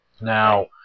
Now